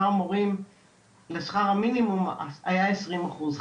המורים לשכר המינימום היה עשרים אחוז.